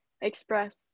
express